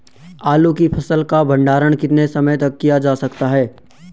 आलू की फसल का भंडारण कितने समय तक किया जा सकता है?